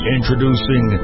Introducing